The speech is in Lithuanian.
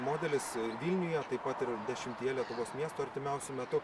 modelis vilniuje tai pat ir dešimtyje lietuvos miestų artimiausiu metu